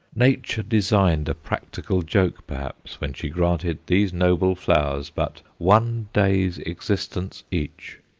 nature designed a practical joke perhaps when she granted these noble flowers but one day's existence each,